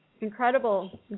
incredible